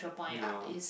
ya